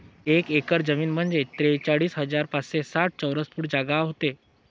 एक एकर जमीन म्हंजे त्रेचाळीस हजार पाचशे साठ चौरस फूट जागा व्हते